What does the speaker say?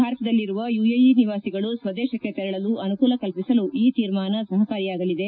ಭಾರತದಲ್ಲಿರುವ ಯುಎಇ ನಿವಾಸಿಗಳು ಸ್ವದೇಶಕ್ಕೆ ತೆರಳಲು ಅನುಕೂಲ ಕಲ್ಲಿಸಲು ಈ ತೀರ್ಮಾನ ಸಪಕಾರಿಯಾಗಲಿದೆ